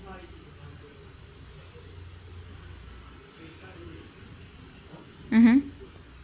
mmhmm